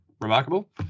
remarkable